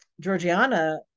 Georgiana